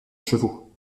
chevaux